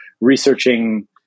researching